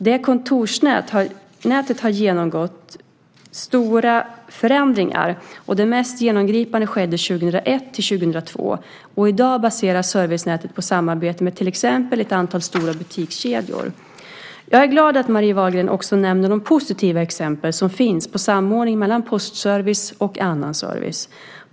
Det kontorsnätet har genomgått stora förändringar. De mest genomgripande skedde 2001-2002. I dag baseras servicenätet på samarbete med till exempel ett antal stora butikskedjor. Jag är glad över att Marie Wahlgren också nämner de positiva exempel som finns på samordning mellan postservice och annan service.